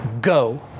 go